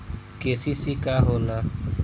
KCC का होला?